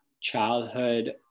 Childhood